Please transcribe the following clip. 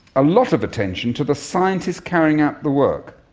a lot of attention, to the scientists carrying out the work,